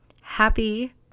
happy